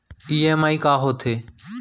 EMI का होथे?